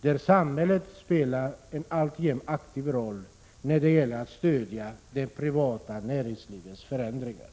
där samhället spelar en alltmer aktiv roll när det gäller att stödja det privata näringslivets förändringar.